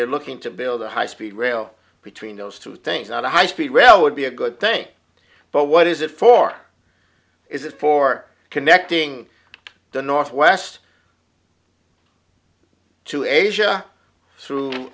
they're looking to build a high speed rail between those two things on a high speed rail would be a good thing but what is it for is it for connecting the northwest to asia through